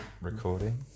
recording